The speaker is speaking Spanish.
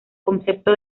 concepto